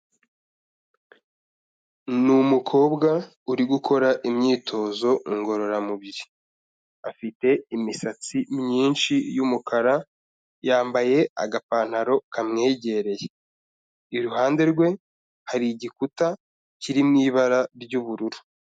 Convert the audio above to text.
Ni umukobwa uri gukora imyitozo ngororamubiri, afite imisatsi myinshi y'umukara, yambaye agapantaro kamwegereye. Iruhande rwe hari igikuta kiri mu ibara ry'ubururu.